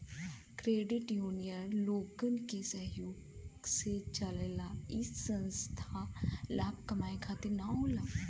credit union लोगन के सहयोग से चलला इ संस्था लाभ कमाये खातिर न होला